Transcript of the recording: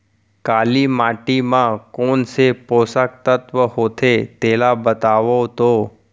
काली माटी म कोन से पोसक तत्व होथे तेला बताओ तो?